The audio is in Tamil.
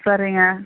சரிங்க